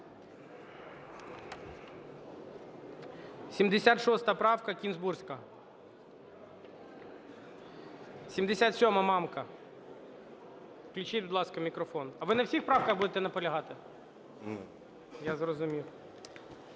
76 правка, Кінзбурська. 77-а, Мамка. Включіть, будь ласка, мікрофон. А ви на всіх правках будете наполягати? Я зрозумів.